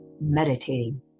meditating